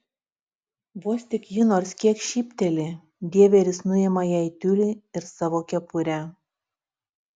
vos tik ji nors kiek šypteli dieveris nuima jai tiulį ir savo kepurę